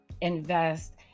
invest